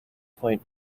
point